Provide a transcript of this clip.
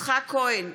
יצחק כהן,